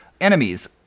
enemies